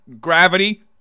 gravity